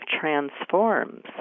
transforms